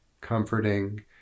comforting